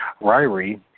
Ryrie